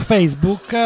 Facebook